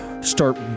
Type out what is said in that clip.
start